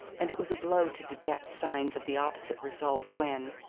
and it was a blow to detect signs of the opposite result when,